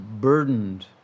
burdened